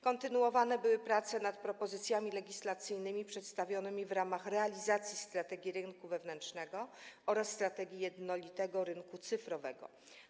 Kontynuowane były prace nad propozycjami legislacyjnymi przedstawionymi w ramach realizacji strategii rynku wewnętrznego oraz strategii jednolitego rynku cyfrowego.